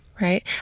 right